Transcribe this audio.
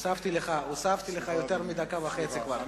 הוספתי לך יותר מדקה וחצי כבר.